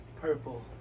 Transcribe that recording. Purple